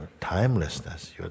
timelessness